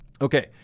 Okay